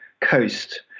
coast